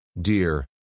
Dear